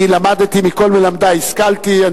אני למדתי, מכל מלמדי השכלתי.